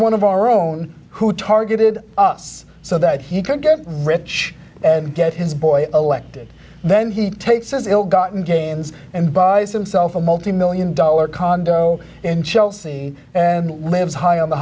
one of our own who targeted us seven so that he could get rich and get his boy elected then he takes his ill gotten gains and buys himself a multimillion dollar condo in chelsea and lives high on the